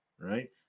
right